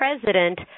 president